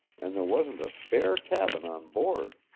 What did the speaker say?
and there wasn't a spare cabin on board.